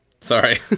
Sorry